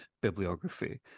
bibliography